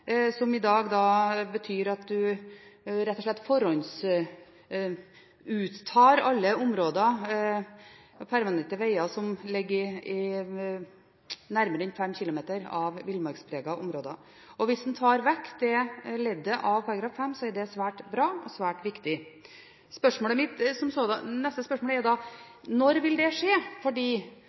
som i dag betyr at man rett og slett forhåndsuttar alle permanente veger som ligger nærmere villmarkspregede områder enn fem kilometer, blir tatt ut av forskriften. Hvis man tar vekk det leddet fra § 5, er det svært bra og svært viktig. Neste spørsmål er da: Når vil det skje?